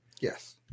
Yes